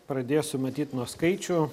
pradėsiu matyt nuo skaičių